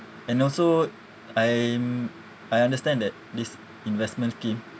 and also I'm I understand that this investment scheme